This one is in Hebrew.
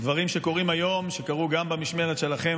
דברים שקורים היום, שקרו גם במשמרת שלכם.